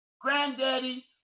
granddaddy